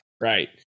right